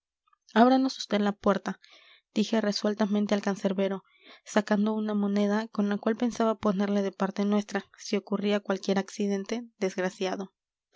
ábranos vd la puerta dije resueltamente al cancerbero sacando una moneda con la cual pensaba ponerle de parte nuestra si ocurría cualquier accidente desgraciado